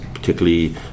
particularly